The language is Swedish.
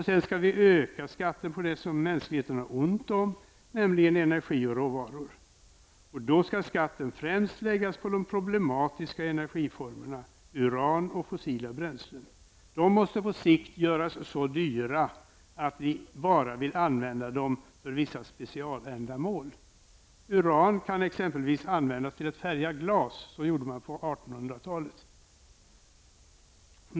Sedan skall vi öka skatten på det som mänskligheten har ont om -- energi och råvaror. Och då skall skatten främst läggas på de problematiska energiformerna: uran och fossila bränslen. De måste på sikt göras så dyra att vi bara vill använda dem för vissa specialändamål. Uran kan exempelvis användas till att färga glas. Så gjorde man på 1800-talet.